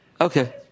Okay